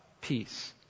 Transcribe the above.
peace